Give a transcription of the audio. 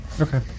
Okay